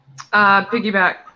Piggyback